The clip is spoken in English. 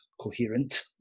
coherent